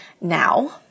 now